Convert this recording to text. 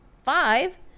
five